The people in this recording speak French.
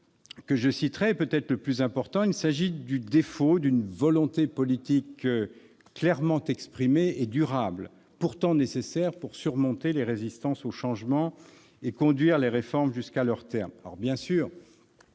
que je citerai est peut-être le plus important : il s'agit du défaut d'une volonté politique clairement exprimée et durable, cependant nécessaire pour surmonter les résistances au changement et conduire les réformes jusqu'à leur terme.